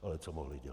Ale co mohli dělat?